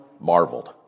marveled